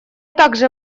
также